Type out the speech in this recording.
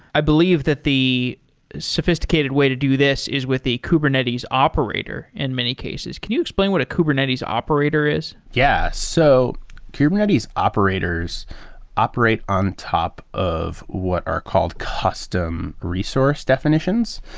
i believe that the sophisticated way to do this is with a kubernetes operator in many cases. can you explain what a kubernetes operator is? yeah. so kubernetes operators operate on top of what are called custom resource definitions.